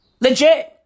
Legit